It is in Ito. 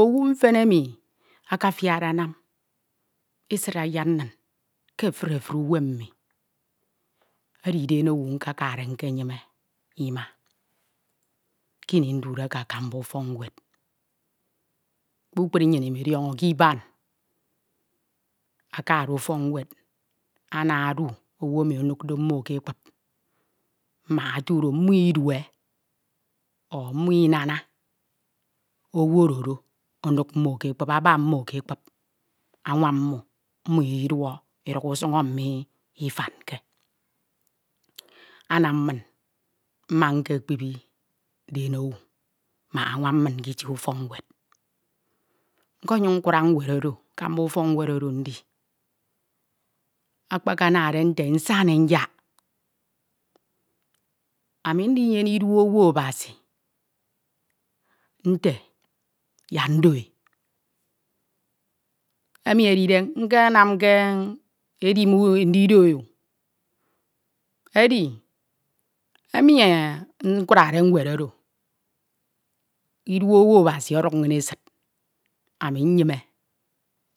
owu mfen emi akafiakde anam esid anyad nin ke efuri efuri uwem mi edi edenowu mkekade nkenyime ima kim ndude ke akamba ufok nued kpukpru nnyin imidiọñọ ete ke iban ana edu owu emi onukde mmo ke ekpub mok otu do nin idie o mmo inana owu oro onuk mmo ke ekpub aba mmo ke ekpub anwam mmo mmo ididup iduk usun emi nufomke anam min mak ukekpibi edenowu mak anwam min ke itie ufọk. Nkemyuñ nkura nwed oro akamba ufok nwed oro akpakanade nte nsian e nyak ami ndinyene idu owu Abasi nte yak ndo e emi edide mkenamke edim ndido e edi emi nkiwade nwed oro idu owu abasi oduk inn esid ami nnyin me